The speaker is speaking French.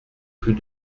plus